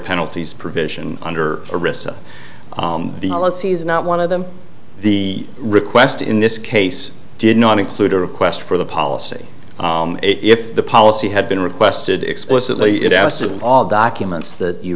penalties provision under arista the elysees not one of them the request in this case did not include a request for the policy if the policy had been requested explicitly it asked of all documents that you